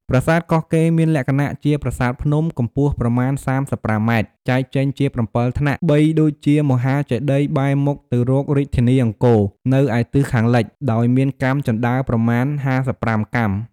ប្រាសាទកោះកេរ្តិ៍ មានលក្ខណៈ ជាប្រាសាទភ្នំ កំពស់ប្រមាណ៣៥ម៉ែត្រ ចែកចេញជា៧ថ្នាក់ បីដូចជាមហាចេតិយ៍បែរមុខទៅរករាជធានីអង្គរ នៅឯទិសខាងលិច ដោយមានកាំជណ្តើរប្រមាណ៥៥កាំ។